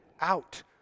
out